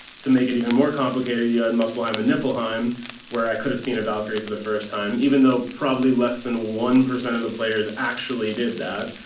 to make it even more complicated you add and muspelheim and niflheim where i could have seen a valkyrie for the first time even though probably less than one percent of the players actually did that.